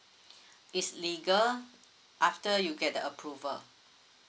it's legal after you get the approval